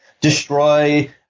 destroy